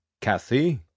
Kathy